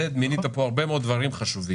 Z מנית פה הרבה מאוד דברים חשובים.